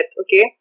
okay